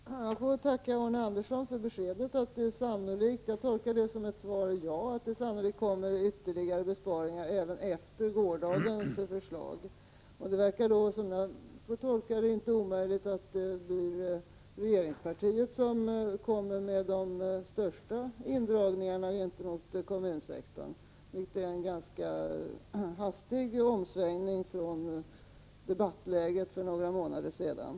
Herr talman! Jag får tacka Arne Andersson för beskedet. Jag tolkar det som att det sannolikt kommer ytterligare besparingar även efter gårdagens förslag. Det är då inte omöjligt att det blir regeringspartiet som kommer med de största indragningarna gentemot kommunsektorn, vilket är en hastig omsvängning från debattläget för några månader sedan.